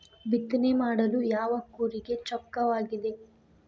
ಬಿತ್ತನೆ ಮಾಡಲು ಯಾವ ಕೂರಿಗೆ ಚೊಕ್ಕವಾಗಿದೆ?